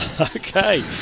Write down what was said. Okay